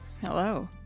Hello